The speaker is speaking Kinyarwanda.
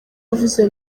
avuze